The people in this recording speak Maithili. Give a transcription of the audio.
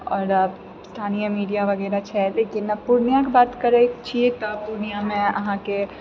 आओर स्थानीय मीडिया वगैरह छै लेकिन पूर्णियाके बात करै छी तऽ पूर्णियामे अहाँके